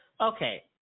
okay